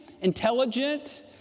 intelligent